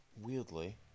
Weirdly